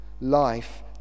Life